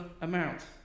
amount